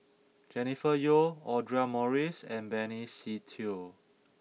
Jennifer Yeo Audra Morrice and Benny Se Teo